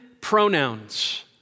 pronouns